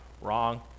Wrong